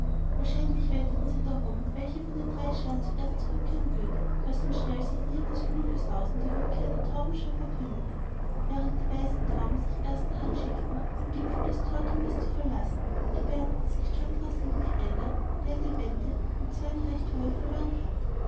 wahrscheinlich wetteten sie darum welche von den drei scharen zuerst zurückkehren würde und als ein schnell sich näherndes flügelsausen die rückkehr einer taubenschar verkündete während die weißen tauben sich erst nur anschickten den gipfel des torturmes zu verlassen gebärdete sich chandra singh wie einer der eine wette und zwar eine recht hohe verloren hat